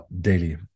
daily